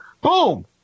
Boom